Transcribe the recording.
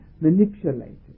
manipulated